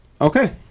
okay